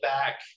back